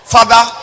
Father